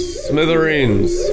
smithereens